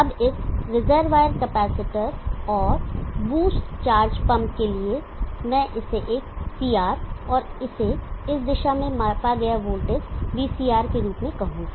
अब इस reservoir capacitor और बूस्ट चार्ज पंप के लिए मैं इसे एक CR और इसे इस दिशा में मापा गया वोल्टेज VCR के रूप में कहूंगा